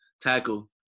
tackle